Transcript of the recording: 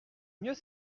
mieux